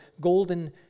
golden